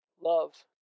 Love